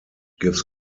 gives